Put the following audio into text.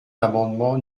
l’amendement